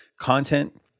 content